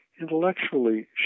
intellectually